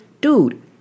Dude